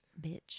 Bitch